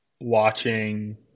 watching